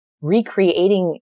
recreating